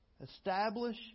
establish